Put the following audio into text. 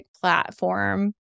platform